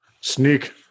Sneak